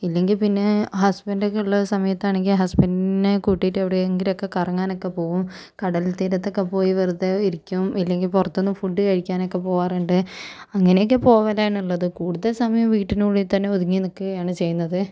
ഇല്ലെങ്കിൽ പിന്നെ ഹസ്ബൻഡ് ഒക്കെ ഉള്ള സമയത്താണെങ്കിൽ ഹസ്ബൻഡിനെ കൂട്ടീട്ട് എവിടെയെങ്കിലുമൊക്കെ കറങ്ങാനൊക്കെ പോകും കടൽ തീരത്തൊക്കെ പോയി വെറുതെ ഇരിക്കും ഇല്ലെങ്കിൽ പുറത്തു നിന്ന് ഫുഡ് കഴിക്കാനൊക്കെ പോകാറുണ്ട് അങ്ങനേക്ക പോവലാണ് ഉള്ളത് കൂടുതൽ സമയോം വീട്ടിനുള്ളിൽ തന്നെ ഒതുങ്ങി നിൽക്കുകയാണ് ചെയ്യുന്നത്